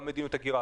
לא מדיניות הגירה,